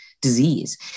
disease